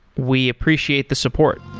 we appreciate the support